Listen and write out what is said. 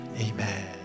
Amen